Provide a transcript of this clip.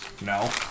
No